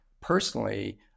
personally